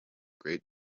great